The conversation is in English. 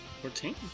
Fourteen